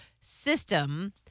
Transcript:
system